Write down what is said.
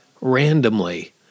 randomly